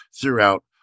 throughout